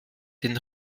den